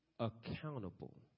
accountable